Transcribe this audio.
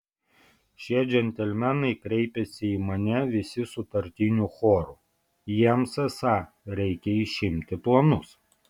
šie džentelmenai kreipėsi į mane visi sutartiniu choru jiems esą reikia išimti planus